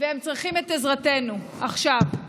והם צריכים את עזרתנו עכשיו.